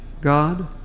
God